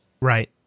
Right